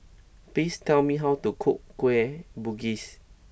please tell me how to cook Kueh Bugis